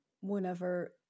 whenever